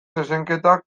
zezenketak